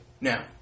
Now